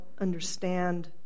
understand